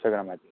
इन्टाग्रामाचेर